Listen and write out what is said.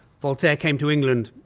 voltaire came to england.